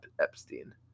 epstein